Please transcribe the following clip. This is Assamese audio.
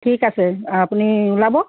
ঠিক আছে আপুনি ওলাব